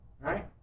Right